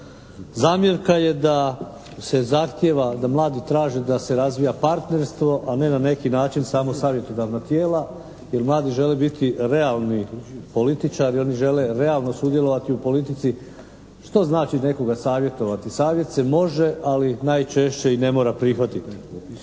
Zamjerka je da se zahtjeva da mladi traže da se razvija partnerstvo a ne na neki način samo savjetodavna tijela jer mladi žele biti realni političari. Oni žele realno sudjelovati u politici. Što znači nekoga savjetovati? Savjet se može ali najčešće i ne mora prihvatiti.